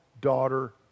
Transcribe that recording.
daughter